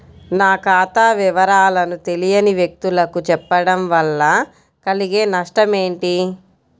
నా ఖాతా వివరాలను తెలియని వ్యక్తులకు చెప్పడం వల్ల కలిగే నష్టమేంటి?